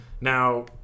Now